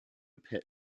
pit